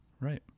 right